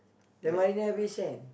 the Marina-Bay-Sand